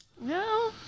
No